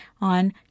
on